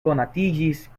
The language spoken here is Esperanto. konatiĝis